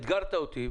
אותי.